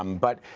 um but